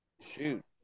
shoot